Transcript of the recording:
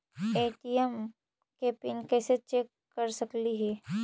ATM के PIN कैसे change कर सकली ही?